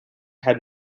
had